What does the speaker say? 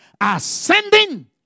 ascending